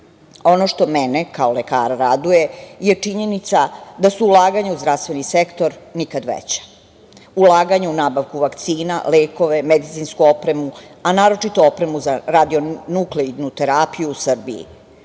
što mene kao lekara raduje je činjenica da su ulaganja u zdravstveni sektor nikad veća. Ulaganja u nabavku vakcina, lekove, medicinsku opremu, a naročito opremu za radionukleidnu terapiju u Srbiji,